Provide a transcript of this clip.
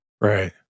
right